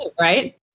right